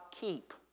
keep